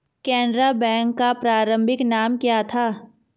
Canara bank का प्रारंभिक नाम क्या था?